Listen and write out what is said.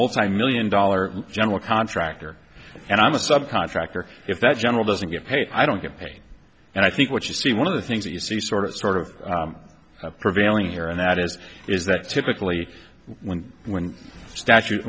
multimillion dollar general contractor and i'm a sub contractor if that's general doesn't get paid i don't get paid and i think what you see one of the things that you see sort of sort of prevailing here and that is is that typically when and when statute